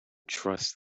trust